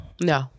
No